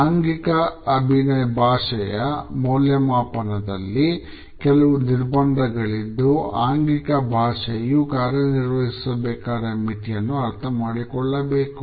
ಆಂಗಿಕ ಭಾಷೆಯ ಮೌಲ್ಯಮಾಪನದಲ್ಲಿ ಕೆಲವು ನಿರ್ಬಂಧಗಳಿದ್ದು ಆಂಗಿಕ ಭಾಷೆಯು ಕಾರ್ಯನಿರ್ವಹಿಸಬೇಕಾದ ಮಿತಿಯನ್ನು ಅರ್ಥಮಾಡಿಕೊಳ್ಳಬೇಕು